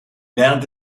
während